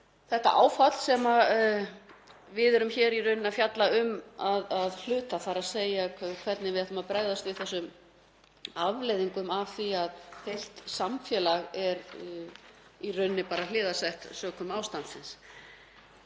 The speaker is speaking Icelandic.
þetta áfall sem við erum í rauninni að fjalla um að hluta, þ.e. hvernig við ætlum að bregðast við þessum afleiðingum af því að heilt samfélag er í rauninni bara hliðarsett sökum ástandsins.